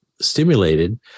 stimulated